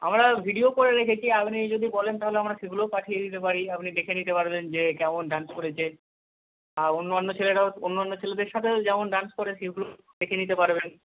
আমরা ভিডিও করে রেখেছি আপনি যদি বলেন তাহলে আমরা সেগুলোও পাঠিয়ে দিতে পারি আপনি দেখে নিতে পারবেন যে কেমন ডান্স করেছে আর অন্য অন্য ছেলেরাও অন্য অন্য ছেলেদের সাথেও যেমন ডান্স করে সেগুলো দেখে নিতে পারবেন